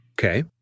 Okay